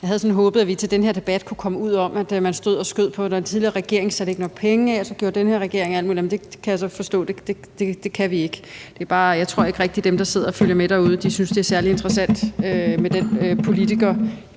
Jeg havde sådan håbet, at vi til den her debat kunne komme ud over at stå og skyde på hinanden med, at den tidligere regering ikke satte nok penge af, og så gjorde den her regering alt muligt, men det kan jeg forstå vi ikke kan. Jeg tror bare ikke rigtigt, at dem, der sidder og følger med derude, synes, det er særlig interessant med de politikerdrillerier,